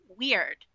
weird